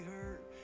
hurt